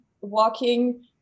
walking